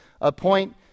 appoint